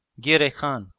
girey khan.